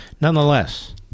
nonetheless